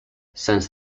since